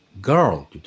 Girl